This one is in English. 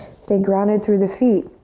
stay grounded through the feet.